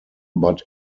but